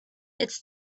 its